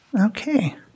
Okay